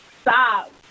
stop